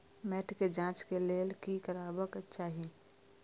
मैट के जांच के लेल कि करबाक चाही?